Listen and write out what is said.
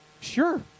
sure